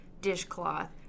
dishcloth